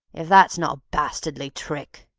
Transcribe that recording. if that's not a bastardly trick!